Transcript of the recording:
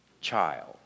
child